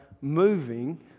moving